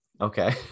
Okay